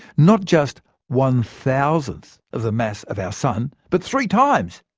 not just one thousandth of the mass of our sun but three times!